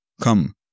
Come